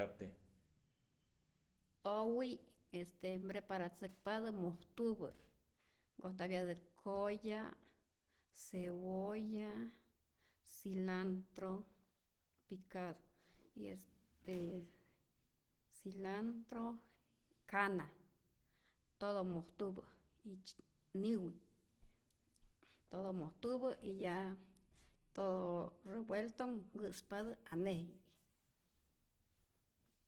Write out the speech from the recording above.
Cate owi' este npreparatzäkpatä mojtupä nkojtapyatä koya', cebolla, cilantro, y ka y este cilantro y kana, todo mojtupä y niwi, todo mojtupä y ya todo revuelto nkä'spatä aneji'k.